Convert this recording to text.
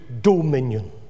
dominion